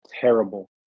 terrible